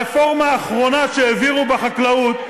הרפורמה האחרונה שהעבירו בחקלאות,